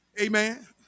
Amen